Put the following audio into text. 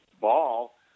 ball